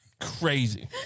crazy